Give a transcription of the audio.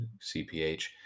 CPH